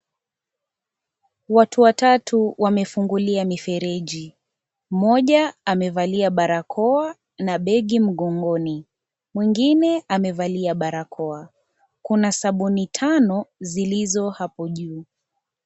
Watu watatu wamefungulia mifereji. Mmoja amevalia barakoa na begi mgongoni, mwingine amevalia barakoa. Kuna sabuni tano zilizo hapo juu.